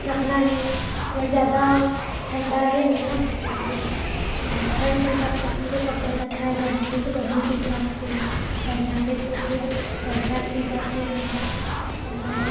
रखना है अगर ज़्यादा ठंडा है मौसम तो फिर ठंड के हिसाब से अपन को कपड़े रखना है गर्मी है तो गर्मी के हिसाब से बरसात है तो फिर बरसात के हिसाब से रखना पड़ता है